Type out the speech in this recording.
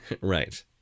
Right